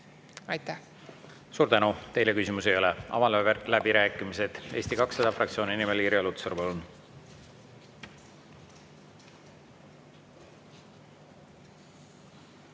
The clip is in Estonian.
Aitäh! Suur tänu! Teile küsimusi ei ole. Avan läbirääkimised. Eesti 200 fraktsiooni nimel Irja Lutsar,